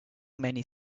many